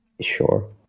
Sure